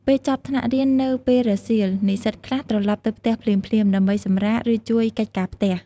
ពេលចប់ថ្នាក់រៀននៅពេលរសៀល និស្សិតខ្លះ ត្រឡប់ទៅផ្ទះភ្លាមៗ ដើម្បីសម្រាក ឬជួយកិច្ចការផ្ទះ។